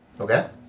Okay